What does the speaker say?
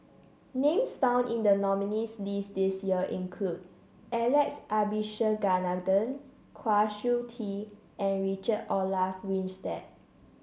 names found in the nominees' list this year include Alex Abisheganaden Kwa Siew Tee and Richard Olaf Winstedt